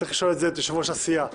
צריך לשאול את יושב-ראש הסיעה.